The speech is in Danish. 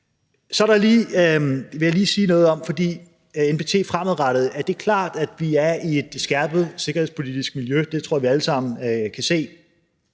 vil sige noget om, og det er i forhold til NPT fremadrettet. Det er klart, at vi er i et skærpet sikkerhedspolitisk miljø. Det tror jeg vi alle sammen kan se.